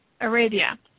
Arabia